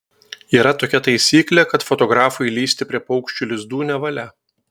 yra tokia taisyklė kad fotografui lįsti prie paukščių lizdų nevalia